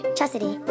Chastity